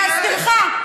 להזכירך,